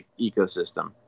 ecosystem